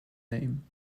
name